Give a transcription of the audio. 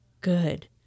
good